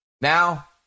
now